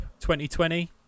2020